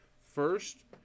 first